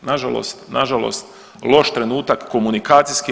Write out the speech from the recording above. Nažalost, nažalost loš trenutak komunikacijski.